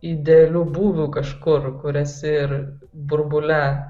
idealiu būviu kažkur kur esi ir burbule